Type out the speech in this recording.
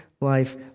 life